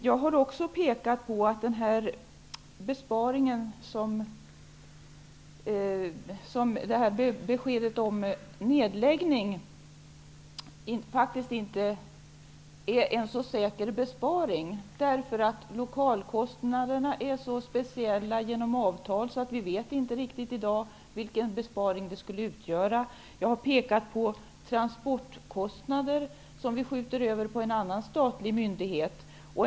Jag har också påpekat att en nedläggning faktiskt inte säkert innebär en besparing, eftersom lokalkostnaderna genom avtal är så speciella att vi inte riktigt vet i dag vilken besparing som skulle uppnås. Jag har pekat på transportkostnader som vi nu skjuter över på annan statlig myndighet.